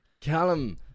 Callum